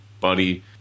buddy